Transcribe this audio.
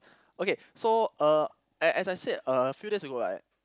okay so uh as as I said a few days ago I